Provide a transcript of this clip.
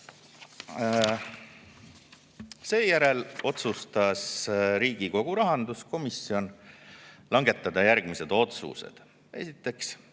Seejärel otsustas Riigikogu rahanduskomisjon langetada järgmised otsused. Esiteks,